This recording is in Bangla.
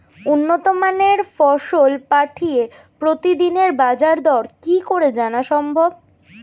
উন্নত মানের ফসল পাঠিয়ে প্রতিদিনের বাজার দর কি করে জানা সম্ভব?